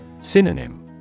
Synonym